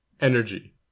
energy